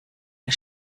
der